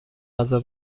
غذا